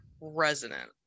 resonant